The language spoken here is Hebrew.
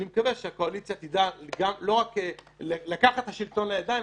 אני מקווה שהקואליציה תדע לא רק לקחת את השלטון לידיים,